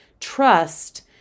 trust